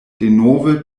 denove